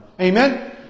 Amen